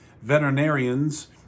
Veterinarians